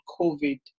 COVID